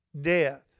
death